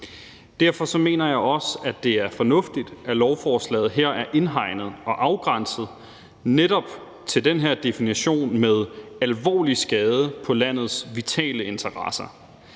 Derfor mener jeg også, at det er fornuftigt, at lovforslaget her er indhegnet og afgrænset til netop den her definition, at det skal være til alvorlig skade for landets vitale interesser.